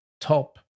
top